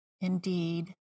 indeed